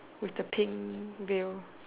with the pink veil